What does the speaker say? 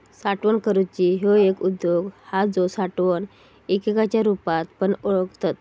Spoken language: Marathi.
साठवण करूची ह्यो एक उद्योग हा जो साठवण एककाच्या रुपात पण ओळखतत